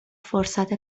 فرصت